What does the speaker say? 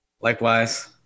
Likewise